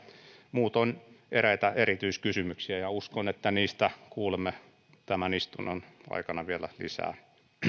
muutoin eräitä erityiskysymyksiä ja uskon että niistä kuulemme tämän istunnon aikana vielä lisää